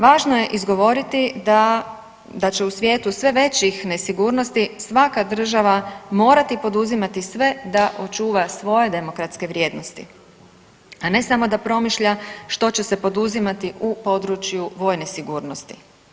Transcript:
Važno je izgovoriti da će u svijetu sve većih nesigurnosti svaka država morati poduzimati sve da očuva svoje demokratske vrijednosti, a ne samo da promišlja što će se poduzimati u području vojne sigurnosti.